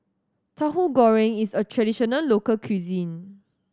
Tahu Goreng is a traditional local cuisine